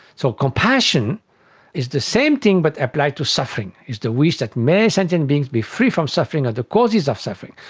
so compassion is the same thing but applied to suffering, it's the wish that many sentient beings be free from suffering and the causes of suffering,